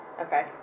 okay